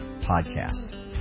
podcast